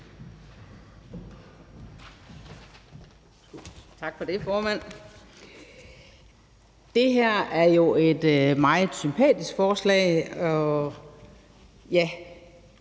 Tak for det, formand. Det her er jo et meget sympatisk forslag.